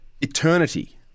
eternity